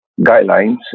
Guidelines